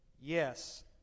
Yes